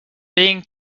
being